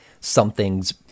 something's